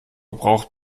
braucht